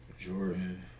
Jordan